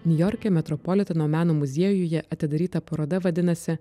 niujorke metropoliteno meno muziejuje atidaryta paroda vadinasi